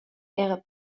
era